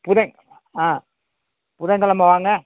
புதன் ஆ புதன் கிழம வாங்க